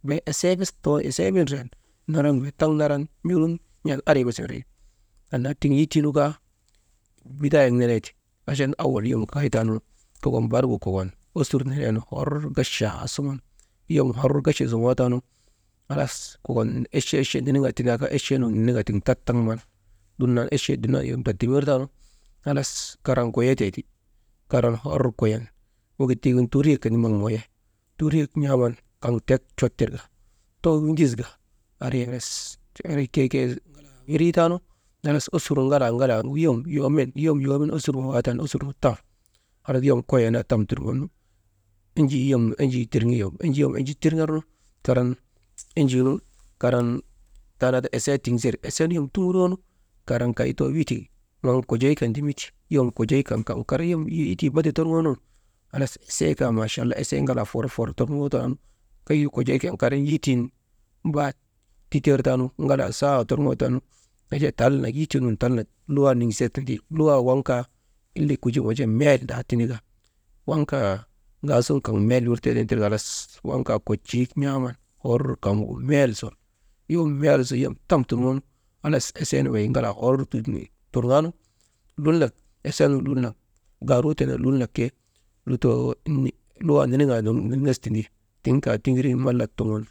Bee esee bes too esee bes ndriyan taŋ naran njurun ari bes windrii, anna tika yitii nu kaa bidaayek nenee ti, achan awal yom kakaytaanu kokon barigu kokon osur neneenu hor gachaa suŋun yom hor gacha zoŋoo taanu kokon echee, echee niniŋaa tindaa kaa echeenu niniŋaa tiŋ tattamŋan dumnan echee dumnanu yom dattamir taanu, halas karan goyeteeti, karan hor koyen wegit tiigin tuuriyek kan ti maŋ moye tuuruyek n̰aaman kaŋ tek cot tirka toonu windiska, andri bes andri keke weriitaanu, halas osurun ŋalaa, ŋalaa yom, yoomen, yom yoomen osurun wawaa taanu osurnu tam halas yom koyee naa tam turŋoonu «hesitation» enjii yom tiriŋarnu karan enjii nu taanaa taanu esee tiŋ seri, yom tuŋuroonu, karan kay too witi, waŋ kojee kan ti witi, wom kojee kan kaŋ kar yitii bada torŋoonun halas esee kaa maachala esee ŋalaa for for torŋootanu kay kojee kan karan yitin bat witer taanu ŋalaa saa torŋoo taanu, «hesitation» yitii nun tal nak luwaa niŋser tindi, luwaa waŋ kaa ile kogin wujaa meldaa tindi, waŋkaa ŋaasuŋgu mel wir tee tiŋ waŋ kaa koctuu n̰aaman hor kaŋgu mel sun yom mel sun yom tam turŋoonu, halas esee nu wey ŋalaa «hesitation» hor turŋaanu, lul nak esee nu lul nak gaaruu tenee lutoo luwaa niniŋaa nurŋas tindi. Tivkaa tiŋirin mallat tuŋun.